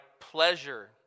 pleasure